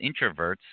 introverts